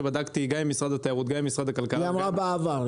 כשבדקתי גם עם משרד התיירות וגם עם משרד הכלכלה --- היא אמרה "בעבר".